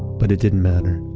but it didn't matter.